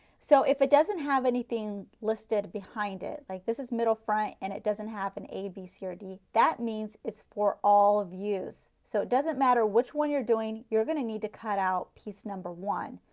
so if it doesn't have anything listed behind it, like this is middle, front and it doesn't have an a, b, c or d. that means it's for all of these. so it doesn't matter which one you are doing, you are going to need to cut out piece number one,